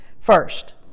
First